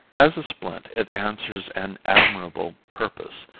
as a splint it answers an admirable purpose,